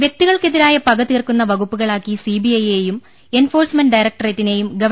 വ്യക്തികൾക്കെതിരായ പക തീർക്കുന്ന വകുപ്പുകളാക്കി സിബിഐയും എൻഫോഴ്സ്മെന്റ് ഡയറക്ടറേറ്റിനെയും ഗവ